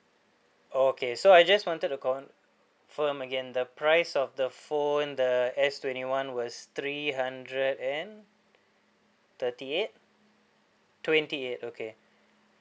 okay so I just wanted to confirm again the price of the phone the S twenty one was three hundred and thirty eight twenty eight okay